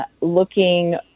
looking